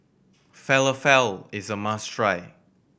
falafel is a must try